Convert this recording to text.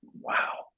wow